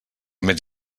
més